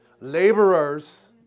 Laborers